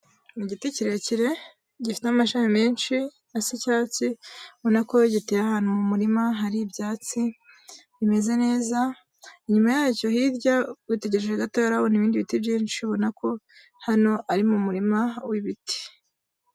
Igiti kirekire gifite amashami menshi asa icyatsi, ubona ko giteye ahantu mu murima hari ibyatsi bimeze neza, inyuma yacyo hirya witegereje gatoya urabona ibindi biti byinshi ubona ko hano ari mu murima w'ibiti.